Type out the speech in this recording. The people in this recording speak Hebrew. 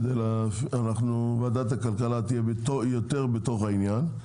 ועדת הכלכלה תהיה יותר בתוך העניין.